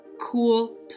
cool